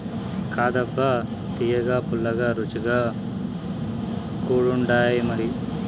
కాదబ్బా తియ్యగా, పుల్లగా, రుచిగా కూడుండాయిమరి